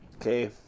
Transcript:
okay